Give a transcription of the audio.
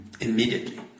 immediately